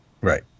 Right